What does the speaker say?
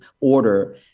order